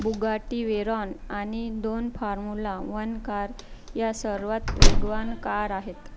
Bugatti Veyron आणि दोन formula one car या सर्वात वेगवान कार आहेत